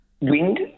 wind